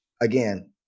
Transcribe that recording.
again